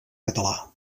català